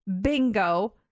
Bingo